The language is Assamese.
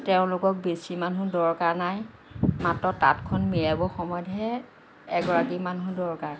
তেওঁলোকক বেছি মানুহ দৰকাৰ নাই মাত্ৰ তাঁতখন মেৰিয়াবৰ সময়তহে এগৰাকী মানুহ দৰকাৰ